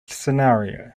scenario